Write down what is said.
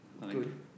Good